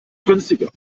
günstiger